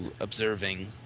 observing